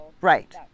Right